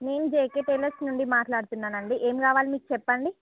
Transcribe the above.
నేను JK tailors నుండి మాట్లాడుతున్ననండి ఎం కావలి మీకు చెప్పండి